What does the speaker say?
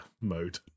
mode